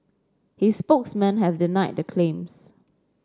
his spokesmen have denied the claims